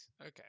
Okay